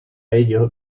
ello